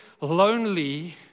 lonely